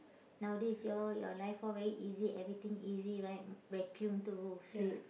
nowadays you all your life all very easy everything easy right m~ vacuum to sweep